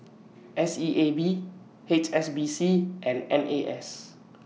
S E A B H S B C and N A S